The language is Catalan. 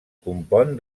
compon